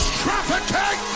trafficking